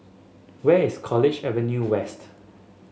where is College Avenue West